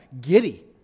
giddy